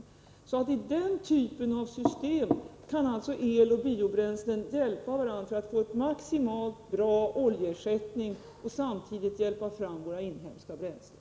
I den typen av system kan alltså el och biobränslen hjälpa varandra för att få maximal oljeersättning och samtidigt hjälpa fram våra inhemska bränslen.